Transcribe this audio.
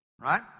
Right